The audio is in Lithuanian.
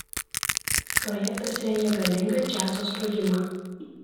projektas rengia galingą džiazo sprogimą